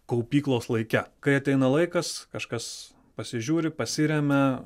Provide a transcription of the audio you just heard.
kaupyklos laike kai ateina laikas kažkas pasižiūri pasiremia